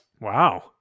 Wow